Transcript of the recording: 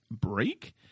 break